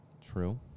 true